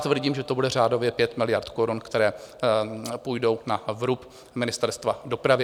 Tvrdím, že to bude řádově 5 miliard korun, které půjdou na vrub Ministerstva dopravy.